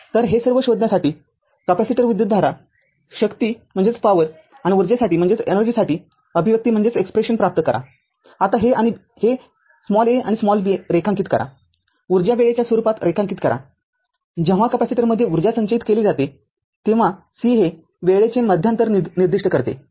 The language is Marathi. तरहे सर्व शोधण्यासाठी कॅपेसिटर विद्युतधाराशक्ती आणि ऊर्जेसाठी अभिव्यक्ति प्राप्त करा आता हे a आहे b रेखांकित करा ऊर्जा वेळेच्या स्वरूपात रेखांकित कराजेव्हा कॅपेसिटरमध्ये उर्जा संचयित केली जाते तेव्हा c हे वेळेचे मध्यांतर निर्दिष्ट करते